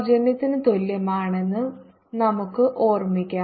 ജന്യത്തിന് തുല്യമാണെന്ന് നമുക്ക് ഓർമിക്കാം